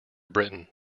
britain